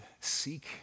seek